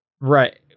right